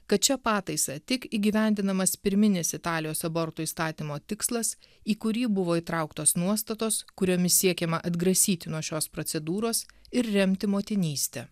kad šia pataisa tik įgyvendinamas pirminis italijos abortų įstatymo tikslas į kurį buvo įtrauktos nuostatos kuriomis siekiama atgrasyti nuo šios procedūros ir remti motinystę